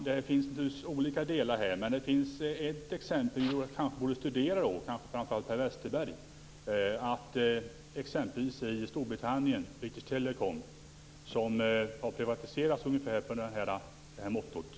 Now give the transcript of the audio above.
Herr talman! Det finns ett exempel som kanske framför allt Per Westerberg borde studera, nämligen British Telecom i Storbritannien, som har privatiserats efter ungefär det här mottot.